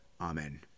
Amen